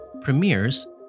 premieres